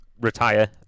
retire